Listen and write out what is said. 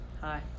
Hi